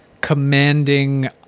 commanding